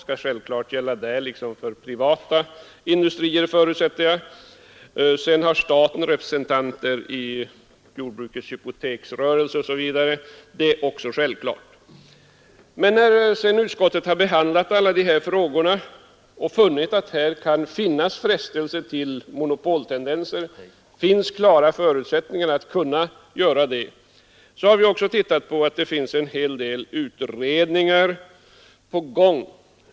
Jag förutsätter att det skall vara samma förhållanden i det fallet som gäller för den privata industrin. Vidare har staten representanter i jordbrukets hypoteksrörelse osv. Det är också självklart. Men när sedan utskottet har behandlat alla dessa frågor och funnit att här kan finnas frestelser att försöka åstadkomma monopol — att det kan finnas förutsättningar för det — har vi också funnit att en hel del utredningar arbetar på detta område.